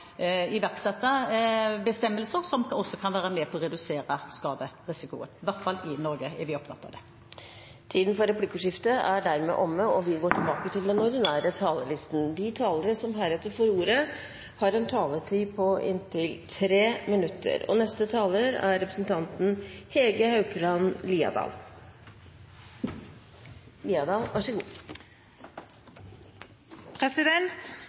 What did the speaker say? iverksette bestemmelser som også kan være med på å redusere skaderisikoen. I hvert fall i Norge er vi opptatt av det. Replikkordskiftet er omme. De talere som heretter får ordet, har en taletid på inntil 3 minutter. Bob Dylan skrev sangen «Who Killed Davey Moore». Om litt kan Dylan lage et nytt vers om den norske regjeringen. I dag debatterer vi et slag eller to for hjernen. Noen mennesker er